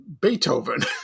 Beethoven